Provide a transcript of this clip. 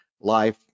life